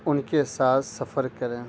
ان کے ساتھ سفر کریں